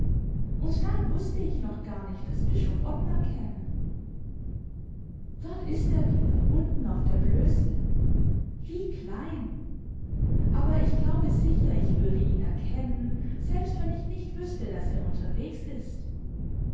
und da wußte ich noch gar nicht daß bischof ottmar käme dort ist er wieder unten auf der blöße wie klein aber ich glaube sicher ich würde ihn erkennen selbst wenn ich nicht wüßte daß er unterwegs ist